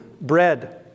bread